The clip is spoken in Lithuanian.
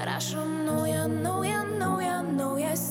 rašom naują naują naują naujas